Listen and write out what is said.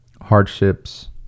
hardships